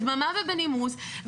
בדממה ובנימוס,